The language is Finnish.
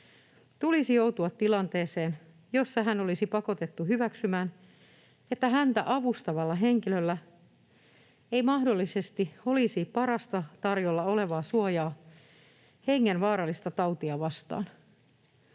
tulisi joutua tilanteeseen, jossa hän olisi pakotettu hyväksymään, että häntä avustavalla henkilöllä ei mahdollisesti olisi parasta tarjolla olevaa suojaa hengenvaarallista tautia vastaan.